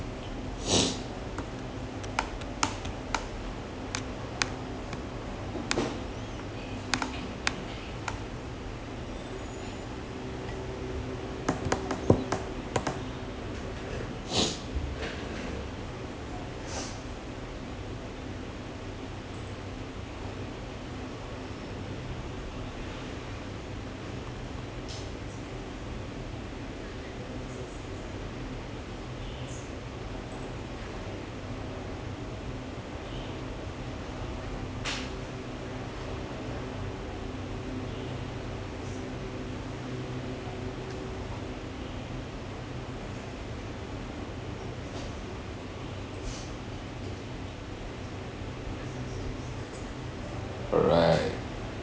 alright